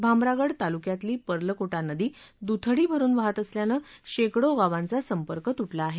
भामरागड तालुक्यातली पर्लकोटा नदी दुथडी भरून वाहत असल्यानं शेकडो गावांचा संपर्क तुटला आहे